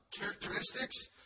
characteristics